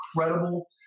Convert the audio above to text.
incredible